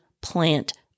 plant